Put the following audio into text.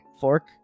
Fork